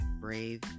Brave